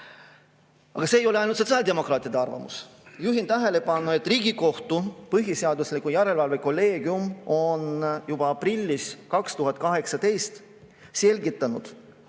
Aga see ei ole ainult sotsiaaldemokraatide arvamus. Juhin tähelepanu, et Riigikohtu põhiseaduslikkuse järelevalve kolleegium on juba aprillis 2018 selgitanud,